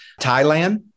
Thailand